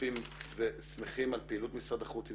משתתפים ושמחים על פעילות משרד החוץ אם